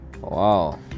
Wow